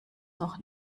noch